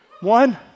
one